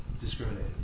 discriminate